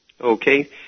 Okay